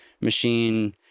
machine